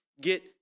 get